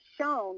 shown